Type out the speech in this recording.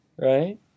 right